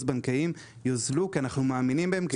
בנקאיים יוזלו כי אנחנו מאמינים בהם.